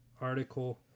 article